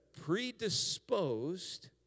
predisposed